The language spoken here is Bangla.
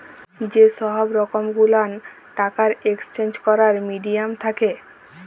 যে সহব রকম গুলান টাকার একেসচেঞ্জ ক্যরার মিডিয়াম থ্যাকে